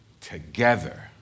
together